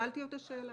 שאלתי אותה שאלה.